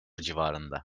civarında